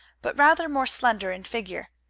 but rather more slender in figure.